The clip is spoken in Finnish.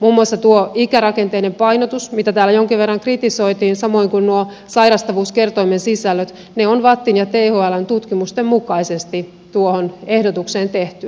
muun muassa tuo ikärakenteinen painotus mitä täällä jonkin verran kritisoitiin samoin kuin nuo sairastavuuskertoimen sisällöt ovat vattin ja thln tutkimusten mukaisesti tuohon ehdotukseen tehty